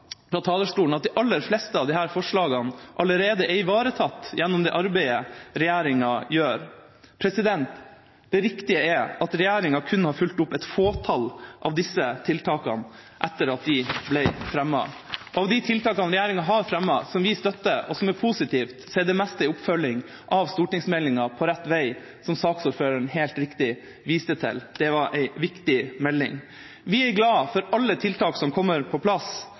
fra talerstolen at de aller fleste av disse forslagene allerede er ivaretatt gjennom det arbeidet regjeringa gjør. Det riktige er at regjeringa kun har fulgt opp et fåtall av disse tiltakene etter at de ble fremmet. Av de tiltakene regjeringa har fremmet, som vi støtter, og som er positivt, er det meste oppfølging av stortingsmeldinga På rett vei, som saksordføreren helt riktig viste til. Det var en viktig melding. Vi er glad for alle tiltak som kommer på plass,